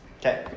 Okay